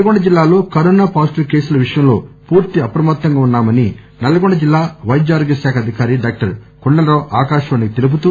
నల్లగొండ జిల్లాలో corona positive కేసుల విషయంలో పూర్తి అప్రమత్తంగా ఉన్నామని నల్లగొండ జిల్లా వైద్య ఆరోగ్యశాఖ అధికారి డాక్టర్ కొండల్ రావు ఆకాశవాణికి తెలుపుతూ